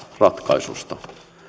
ratkaisusta